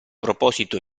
proposito